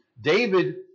David